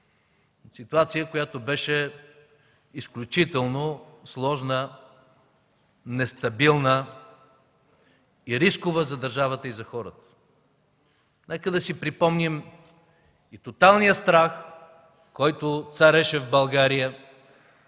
ситуация, която беше изключително сложна, нестабилна и рискова за държавата и за хората. Нека да си припомним тоталния страх, който цареше в България;